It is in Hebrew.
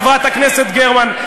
חברת הכנסת גרמן.